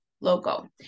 logo